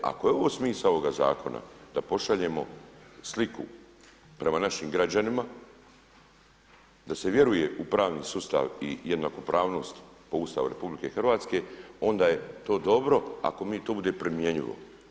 E ako je ovo smisao ovog zakona da pošaljemo sliku prema našim građanima da se vjeruje u pravni sustav i jednakopravnost po Ustavu RH onda je to dobro, ako to bude primjenjivo.